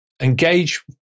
engage